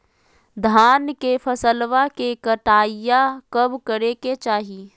धान के फसलवा के कटाईया कब करे के चाही?